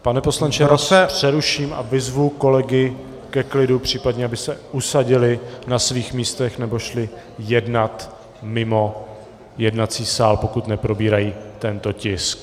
Pane poslanče, já vás přeruším a vyzvu kolegy ke klidu, případně aby se usadili na svých místech nebo šli jednat mimo jednací sál, pokud neprobírají tento tisk.